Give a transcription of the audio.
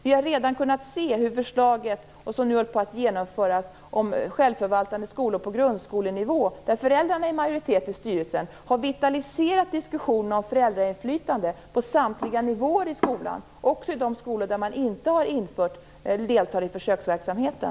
Vi har redan kunnat se hur det förslag om självförvaltande skolor på grundskolenivå med föräldramajoritet i styrelsen som nu håller på att genomföras har vitaliserat diskussionen om föräldrainflytande på samtliga nivåer i skola - också i de skolor där man inte deltar i försöksverksamheten.